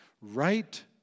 Right